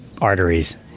arteries